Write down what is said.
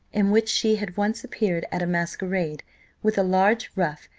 in which she had once appeared at a masquerade with a large ruff,